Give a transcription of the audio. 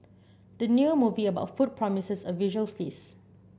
the new movie about food promises a visual feast